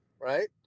right